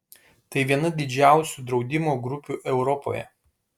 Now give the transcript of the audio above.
tai viena didžiausių draudimo grupių europoje